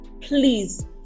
please